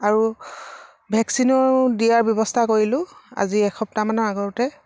আৰু ভেকচিনৰো দিয়াৰ ব্যৱস্থা কৰিলোঁ আজি এসপ্তাহমানৰ আগতে